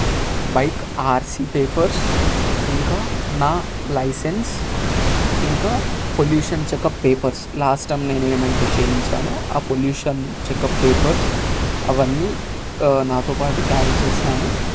bike RC papers ఇంకా నా licence ఇంకా pollution checkup papers last time నేను ఏమయితే చేయించానో ఆ పొల్యూషన్ చెక్ అప్ పేపర్స్ అవన్నీ నాతోపాటు క్యారీ చేశాను